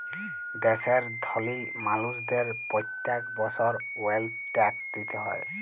দ্যাশের ধলি মালুসদের প্যত্তেক বসর ওয়েলথ ট্যাক্স দিতে হ্যয়